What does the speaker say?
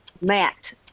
matt